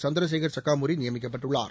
சந்திரசேகர் சக்காமூரி நியமிக்கப்பட்டுள்ளார்